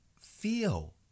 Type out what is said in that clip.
feel